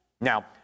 Now